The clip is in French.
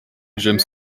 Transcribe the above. james